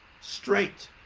straight